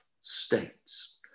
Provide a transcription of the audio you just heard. states